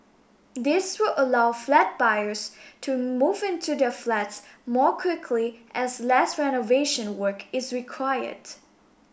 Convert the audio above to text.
this will allow flat buyers to move into their flats more quickly as less renovation work is required